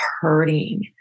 hurting